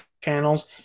channels